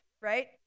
right